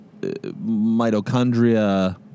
mitochondria